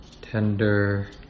tender